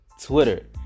Twitter